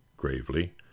gravely